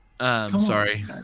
sorry